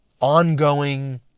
ongoing